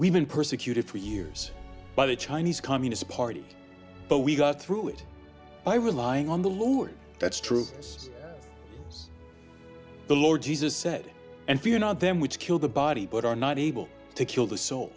we've been persecuted for years by the chinese communist party but we got through it by relying on the load that's true the lord jesus said and for you not them which kill the body but are not able to kill the s